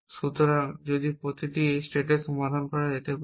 সুতরাং যদি প্রতিটি এই স্টেটের সমাধান করা যেতে পারে